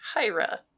Hira